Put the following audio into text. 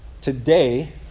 Today